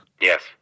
Yes